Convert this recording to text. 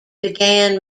began